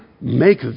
Make